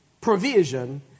provision